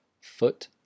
foot